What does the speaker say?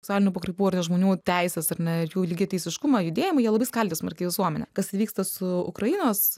socialinių pakraipų ar ne žmonių teises ar ne ir jų lygiateisiškumą judėjimą jie labai skaldė smarkiai visuomenę kas įvyksta su ukrainos